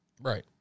Right